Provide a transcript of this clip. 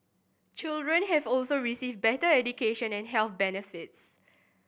children here also receive better education and health benefits